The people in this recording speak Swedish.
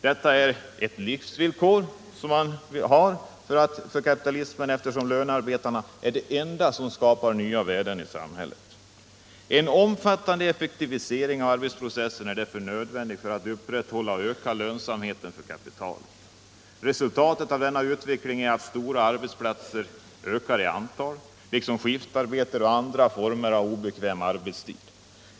Detta är ett livsvillkor för kapitalismen, eftersom lönearbetarna är de enda som skapar nya värden i samhället. En omfattande effektivisering av arbetsprocessen är därför nödvändig för att upprätthålla och öka lönsamheten för insatt kapital. Resultatet av denna utveckling är att stora arbetsplatser ökar i antal liksom skiftarbete och andra former av obekväm arbetstid.